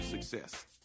success